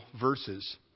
verses